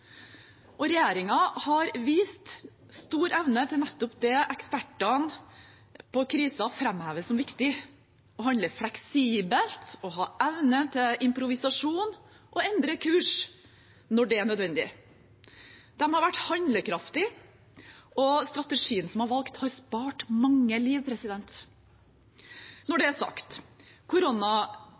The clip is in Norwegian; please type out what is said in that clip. har vist stor evne til nettopp det ekspertene på kriser framhever som viktig: å handle fleksibelt, å ha evne til improvisasjon – og endre kurs når det er nødvendig. De har vært handlekraftige, og strategien som er valgt, har spart mange liv. Når det er sagt: